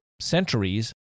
centuries